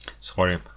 Sorry